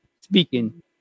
speaking